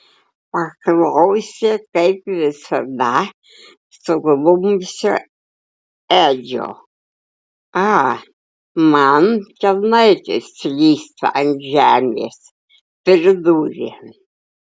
paklausė kaip visada suglumusio edžio a man kelnaitės slysta ant žemės pridūrė